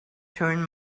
turn